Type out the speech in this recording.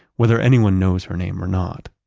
whether anyone knows her name or not,